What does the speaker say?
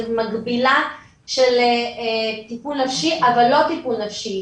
מקבילה של טיפול נפשי אבל לא טיפול נפשי.